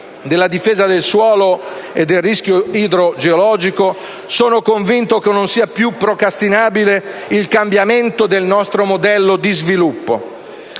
della difesa del suolo e del rischio idrogeologico, sono convinto che non sia più procrastinabile il cambiamento del nostro modello di sviluppo,